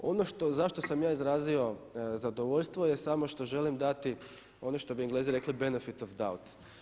Ono što zašto sam ja izrazio zadovoljstvo je samo što želim dati ono što bi Englezi rekli benefit of the doubt.